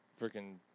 freaking